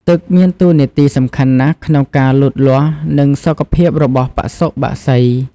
ទឹកមានតួនាទីសំខាន់ណាស់ក្នុងការលូតលាស់ និងសុខភាពរបស់បសុបក្សី។